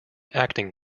acting